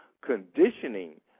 conditioning